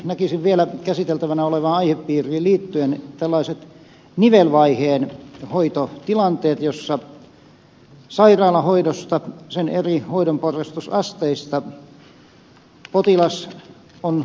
näkisin vielä käsiteltävänä olevaan aihepiiriin liittyen tällaiset nivelvaiheen hoitotilanteet joissa sairaalahoidosta sen eri hoidonporrastusasteista potilas on kotiutumassa